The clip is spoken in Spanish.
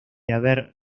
haber